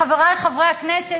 חברי חברי הכנסת,